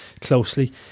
closely